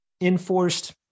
enforced